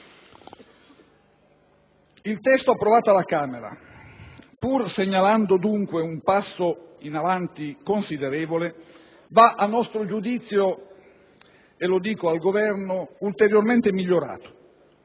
Il testo approvato dalla Camera, pur essendo, dunque, un passo in avanti considerevole, va a nostro giudizio (mi rivolgo al Governo) ulteriormente migliorato